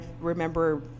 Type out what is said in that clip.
remember